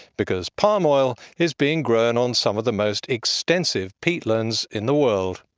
because palm oil is being grown on some of the most extensive peatlands in the world.